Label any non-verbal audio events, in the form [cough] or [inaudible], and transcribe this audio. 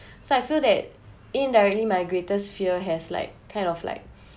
[breath] so I feel that indirectly my greatest fear has like kind of like [breath]